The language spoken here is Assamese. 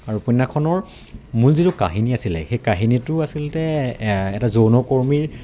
আৰু উপন্যাসখনৰ মূল যিটো কাহিনী আছিলে সেই কাহিনীটো আচলতে এটা যৌনকৰ্মীৰ